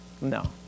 No